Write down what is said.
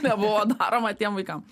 nebuvo daroma tiem vaikam